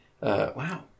Wow